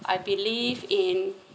I believe in